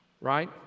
Right